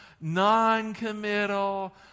non-committal